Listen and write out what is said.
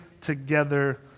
together